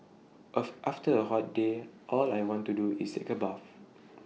after A hot day all I want to do is take A bath